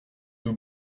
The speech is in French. nous